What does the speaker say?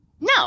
No